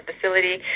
facility